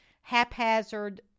haphazard